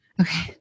Okay